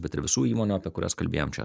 bet ir visų įmonių apie kurias kalbėjom čia